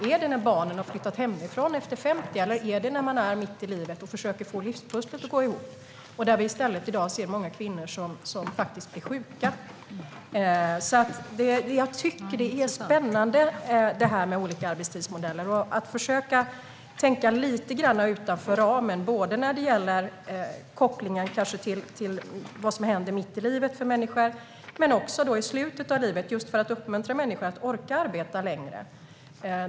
Är det när barnen har flyttat hemifrån och man är över 50, eller är det när man är mitt i livet och försöker få livspusslet att gå ihop? Där ser vi många kvinnor som blir sjuka i dag. Detta med olika arbetstidsmodeller är spännande. Det handlar om att försöka tänka lite grann utanför ramen när det gäller både vad som sker mitt i livet och i slutet av livet, för att uppmuntra människor att orka arbeta längre.